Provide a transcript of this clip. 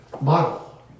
model